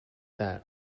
that